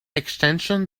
extension